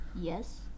Yes